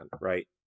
right